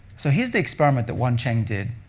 so here's the experiment that yuancheng did.